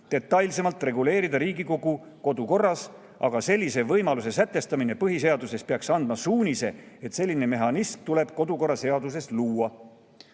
detailsemalt reguleerida Riigikogu kodukorras, aga sellise võimaluse sätestamine põhiseaduses peaks andma suunise, et selline mehhanism tuleb kodukorra seadusega luua."